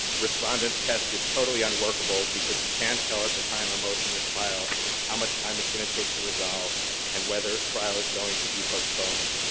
respondent's test is totally unworkable, because you can't tell at the time a motion is filed how much time it's going to take to resolve and whether trial is going to be postponed.